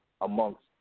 amongst